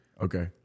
Okay